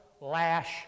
lash